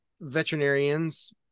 veterinarians